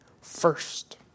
first